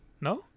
no